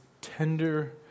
tender